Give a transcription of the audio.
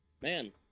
Man